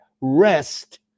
rest